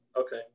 okay